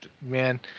man